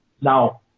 Now